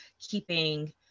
keeping